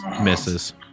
Misses